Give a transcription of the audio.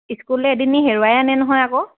ইস্কুললে এদিন নি হেৰুৱাই আনে নহয় আকৌ